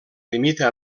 limita